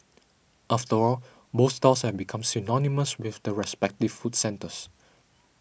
after all both stalls have become synonymous with the respective food centres